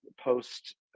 post